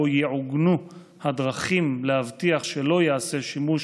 שבו יעוגנו הדרכים להבטיח שלא ייעשה שימוש